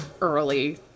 early